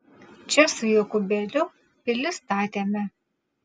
čia su jokūbėliu pilis statėme